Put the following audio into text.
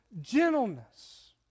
gentleness